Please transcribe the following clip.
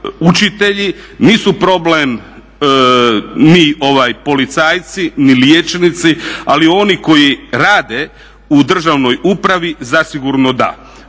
učitelji, nisu problem ni policajci, ni liječnici. Ali oni koji rade u državnoj upravi zasigurno da.